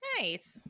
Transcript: nice